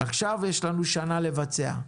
עכשיו יש לנו שנה לבצע.